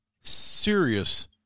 serious